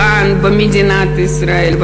כאן במדינת ישראל,